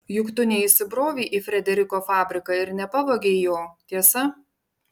juk tu neįsibrovei į frederiko fabriką ir nepavogei jo tiesa